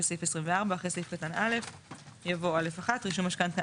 בסעיף 24 אחרי סעיף קטן (א) יבוא: (א)(1) רישום משכנתה